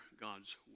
God's